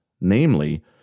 namely